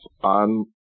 on